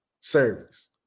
service